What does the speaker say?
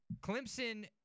Clemson